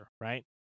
right